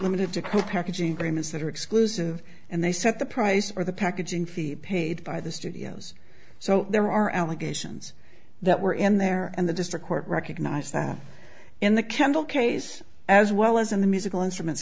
limited to co parenting claim is that are exclusive and they set the price for the packaging fee paid by the studios so there are allegations that were in there and the district court recognized that in the kendall case as well as in the musical instruments